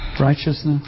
righteousness